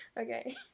okay